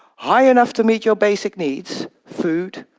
high enough to meet your basic needs food,